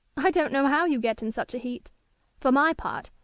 i don't know how you get in such a heat for my part,